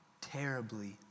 terribly